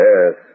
Yes